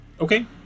Okay